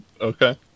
okay